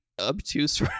obtuse